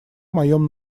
моем